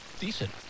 decent